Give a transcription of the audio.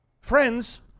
Friends